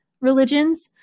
religions